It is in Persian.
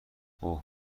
اوه